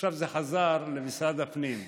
עכשיו זה חזר למשרד הפנים.